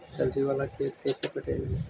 सब्जी बाला खेत के कैसे पटइबै?